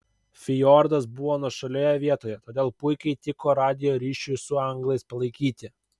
fjordas buvo nuošalioje vietoje todėl puikiai tiko radijo ryšiui su anglais palaikyti